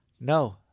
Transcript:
No